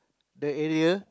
the area